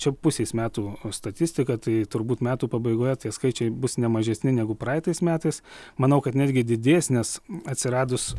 čia pusės metų statistika tai turbūt metų pabaigoje tai skaičiai bus ne mažesni negu praeitais metais manau kad netgi didės nes atsiradus